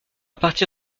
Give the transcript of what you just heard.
partir